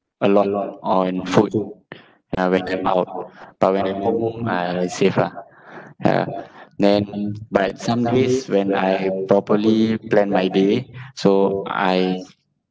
a lot on food ya when I'm out but when I'm home I save lah ya then but some days when I properly plan my day so I